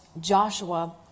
Joshua